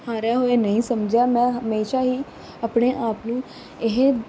ਹਾਰਿਆ ਹੋਇਆ ਨਹੀਂ ਸਮਝਿਆ ਮੈਂ ਹਮੇਸ਼ਾ ਹੀ ਆਪਣੇ ਆਪ ਨੂੰ ਇਹ